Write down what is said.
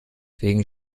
wegen